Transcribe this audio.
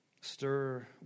stir